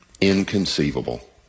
Inconceivable